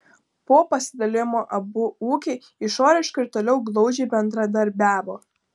po pasidalijimo abu ūkiai išoriškai ir toliau glaudžiai bendradarbiavo